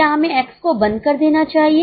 क्या हमें X को बंद कर देना चाहिए